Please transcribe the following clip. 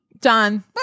Done